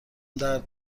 درد